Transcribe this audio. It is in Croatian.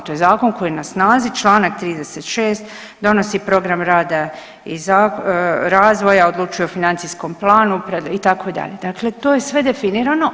To je zakon koji je na snazi Članka 36. donosi program rada i razvoja, odlučuje o financijskom planu itd., dakle to je sve definirano.